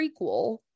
prequel